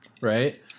Right